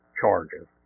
charges